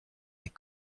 les